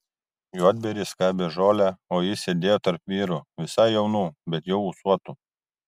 juodbėris skabė žolę o jis sėdėjo tarp vyrų visai jaunų bet jau ūsuotų